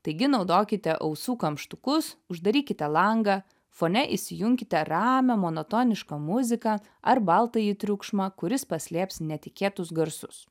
taigi naudokite ausų kamštukus uždarykite langą fone įsijunkite ramią monotonišką muziką ar baltąjį triukšmą kuris paslėps netikėtus garsus